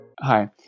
Hi